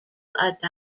adapt